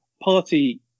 party